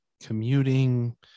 commuting